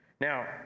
Now